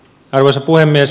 arvoisa puhemies